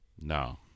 No